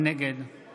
נגד